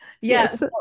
Yes